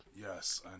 Yes